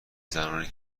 زنانی